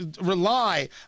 rely